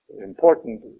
Important